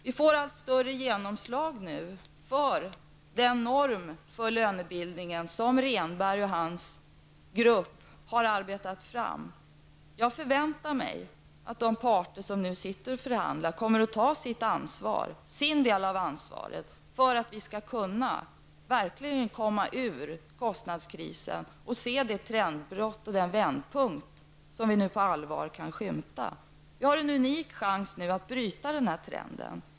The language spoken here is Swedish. Nu får vi allt större genomslag för den norm för lönebildningen som Rehnberg och hans grupp har arbetat fram. Jag förväntar mig att de parter som nu sitter och förhandlar kommer att ta sin del av ansvaret för att vi verkligen skall komma ur kostnadskrisen och se det trendbrott och den vändpunkt som vi nu på allvar kan skymta. Nu har vi en unik chans att bryta trenden.